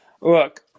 Look